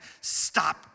stop